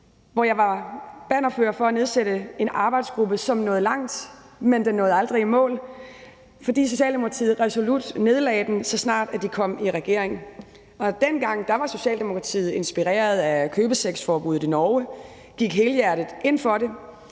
jeg var bannerfører for at nedsætte en arbejdsgruppe, som nåede langt, men som aldrig nåede i mål, fordi Socialdemokratiet resolut nedlagde den, så snart de kom i regering. Dengang var Socialdemokratiet inspireret af købesexforbuddet i Norge og gik helhjertet ind for det,